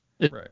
Right